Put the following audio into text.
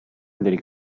del